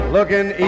Looking